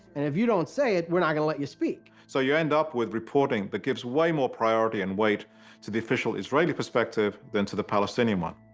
and if you donit say it, weire not going to let you speak. so you end up with reporting that gives way more priority and weight to the official israeli perspective than to the palestinian one.